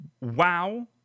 Wow